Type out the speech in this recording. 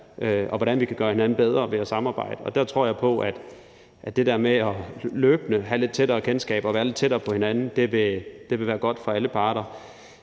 og hvordan vi kan gøre hinanden bedre ved at samarbejde, og der tror jeg på, at det der med løbende at have lidt tættere kendskab og være lidt tættere på hinanden vil være godt for alle parter.